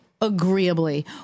agreeably